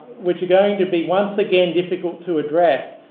which are going to be once again difficult to address.